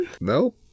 No